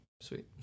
Sweet